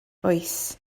oes